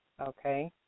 okay